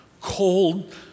cold